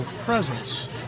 presence